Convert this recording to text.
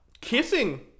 kissing